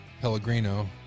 Pellegrino